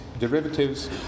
derivatives